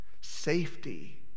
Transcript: Safety